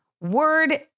word